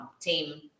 team